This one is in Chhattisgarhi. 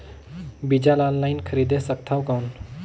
बीजा ला ऑनलाइन खरीदे सकथव कौन?